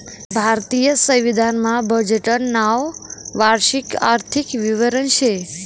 भारतीय संविधान मा बजेटनं नाव वार्षिक आर्थिक विवरण शे